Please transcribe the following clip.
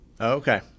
Okay